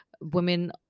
women